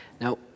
Now